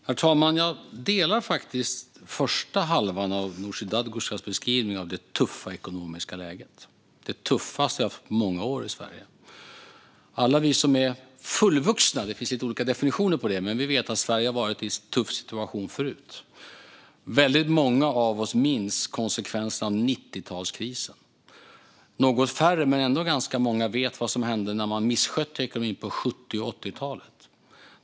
Herr talman! Jag delar faktiskt första halvan av Nooshi Dadgostars beskrivning av det tuffa ekonomiska läget, det tuffaste som vi har haft på många år i Sverige. Alla vi som är fullvuxna - det finns lite olika definitioner på det - vet att Sverige har varit i tuffa situationer förut. Väldigt många av oss minns konsekvenserna av 90-talskrisen. Något färre, men ändå ganska många, vet vad som hände när man misskötte ekonomin på 70 och 80-talen.